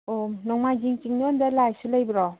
ꯑꯣ ꯅꯣꯡꯃꯥꯏꯖꯤꯡ ꯆꯤꯡꯗꯣꯟꯗ ꯂꯥꯏꯁꯨ ꯂꯩꯕ꯭ꯔꯣ